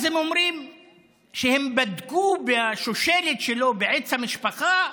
אז הם אומרים שהם בדקו בשושלת שלו, בעץ המשפחה,